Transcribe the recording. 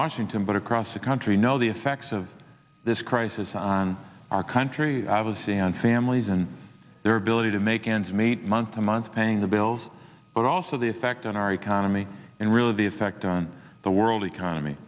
washington but across the country know the effects of this crisis on our country i was in on families and their ability to make ends meet month to month paying the bills but also the effect on our economy and really the effect on the world economy